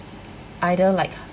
either like